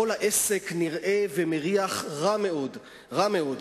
כל העסק נראה ומריח רע מאוד, רע מאוד.